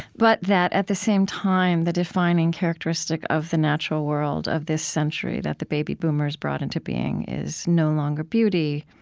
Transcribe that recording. but that, at the same time, the defining characteristic of the natural world of this century that the baby boomers brought into being is no longer beauty.